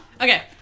Okay